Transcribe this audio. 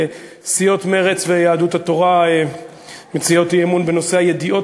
סיעות מרצ ויהדות התורה מציעות אי-אמון בנושא הידיעות